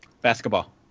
basketball